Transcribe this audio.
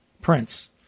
Prince